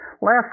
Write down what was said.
Last